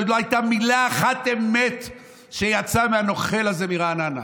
עוד לא הייתה מילה אחת של אמת שיצאה מהנוכל הזה מרעננה,